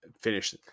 finish